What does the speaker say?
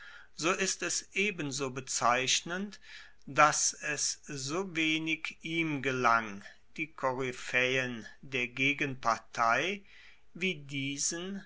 so ist es ebenso bezeichnend dass es so wenig ihm gelang die koryphaeen der gegenpartei wie diesen